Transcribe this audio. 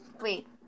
Wait